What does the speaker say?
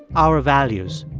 our values.